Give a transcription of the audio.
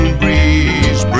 breeze